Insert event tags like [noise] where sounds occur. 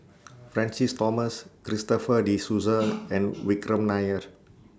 Francis Thomas Christopher De Souza [noise] and Vikram Nair